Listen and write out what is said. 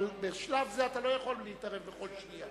אבל בשלב זה אתה לא יכול להתערב בכל שנייה.